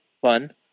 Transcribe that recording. fun